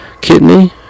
kidney